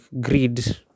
greed